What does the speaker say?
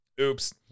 Oops